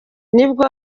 nibwo